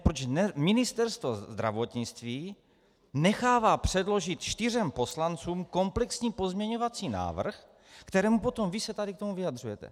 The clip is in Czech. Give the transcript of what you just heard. Proč Ministerstvo zdravotnictví nechává předložit čtyřem poslancům komplexní pozměňovací návrh, ke kterému vy se tady potom vyjadřujete?